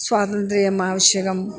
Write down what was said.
स्वातन्त्र्यम् आवश्यकम्